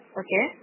okay